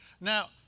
now